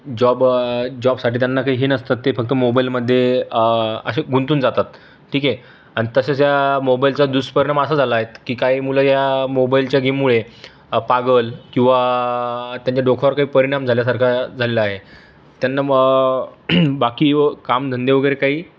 job जॉबसाठी त्यांना काही हे नसतं ते फक्त मोबाईलमध्ये असे गुंतून जातात ठीक आहे अन् तसेच या मोबाईलचा दुष्परिणाम असा झालाय की काही मुलं या मोबाईलच्या गेममुळे पागल किंवा त्यांच्या डोक्यावर काही परिणाम झाल्यासारखा झालेला आहे त्यांना बुवा बाकी व कामधंदे वगैरे काही